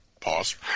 pause